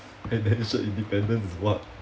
financial independence is what